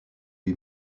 lui